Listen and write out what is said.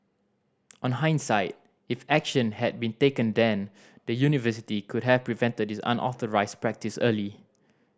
on hindsight if action had been taken then the university could have prevented this unauthorised practice early